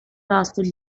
lasted